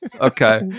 Okay